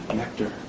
nectar